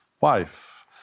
wife